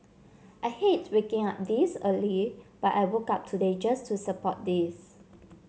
I hate waking up this early but I woke up today just to support this